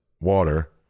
water